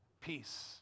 Peace